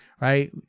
right